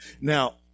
Now